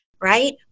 right